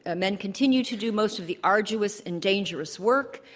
ah men continue to do most of the arduous and dangerous work,